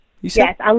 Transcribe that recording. Yes